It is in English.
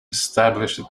established